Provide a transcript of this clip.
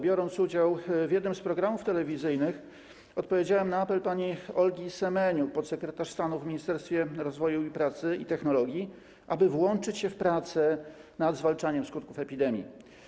Biorąc udział w jednym z programów telewizyjnych, odpowiedziałem na apel pani Olgi Semeniuk, podsekretarz stanu w Ministerstwie Rozwoju, Pracy i Technologii, aby włączyć się w prace nad zwalczaniem skutków epidemii.